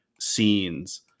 scenes